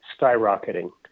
skyrocketing